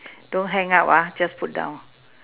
don't hang up ah just put down